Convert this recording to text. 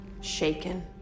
Shaken